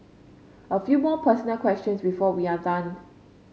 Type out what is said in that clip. a few more personal questions before we are done